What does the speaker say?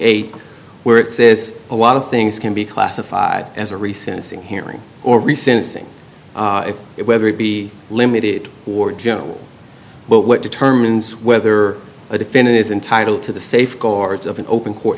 eight where it says a lot of things can be classified as a recess in hearing or recessing it whether it be limited or general but what determines whether a defendant is entitled to the safeguards of an open court